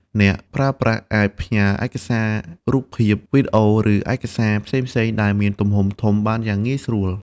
អ្នកប្រើប្រាស់អាចផ្ញើឯកសាររូបភាព វីដេអូ ឬឯកសារផ្សេងៗដែលមានទំហំធំបានយ៉ាងងាយស្រួល។